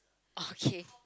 okay